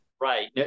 Right